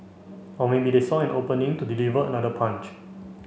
or maybe they saw an opening to deliver another punch